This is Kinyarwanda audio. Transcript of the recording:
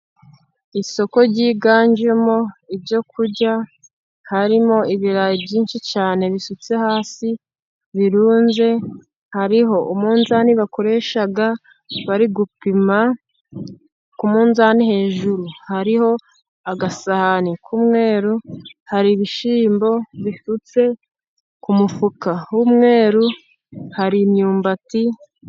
Isoko ryiganjemo ibyo kurya, harimo ibirayi byinshi cyane bisutse hasi, birunze, hariho umunzani bakoresha bari gupima, ku munzani hejuru hariho agasahani k'umweru, hari ibishyimbo bisutse ku mufuka w'umweru, hari imyumbati.